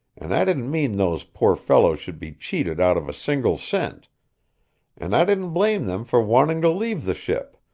and i didn't mean those poor fellows should be cheated out of a single cent and i didn't blame them for wanting to leave the ship,